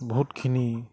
বহুতখিনি